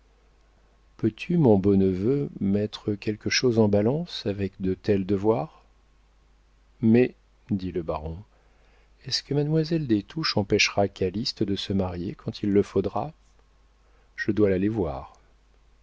peux-tu mon beau neveu mettre quelque chose en balance avec de tels devoirs mais dit le baron est-ce que mademoiselle des touches empêchera calyste de se marier quand il le faudra je dois l'aller voir